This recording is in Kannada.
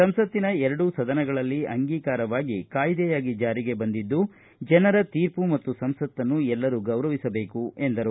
ಸಂಸತ್ತಿನ ಎರಡೂ ಸದನಗಳಲ್ಲಿ ಅಂಗೀಕಾರವಾಗಿ ಕಾಯ್ದೆಯಾಗಿ ಜಾರಿಗೆ ಬಂದಿದ್ದು ಜನರ ತೀರ್ಮ ಮತ್ತು ಸಂಸತ್ತನ್ನು ಎಲ್ಲರೂ ಗೌರವಿಸಬೇಕು ಎಂದರು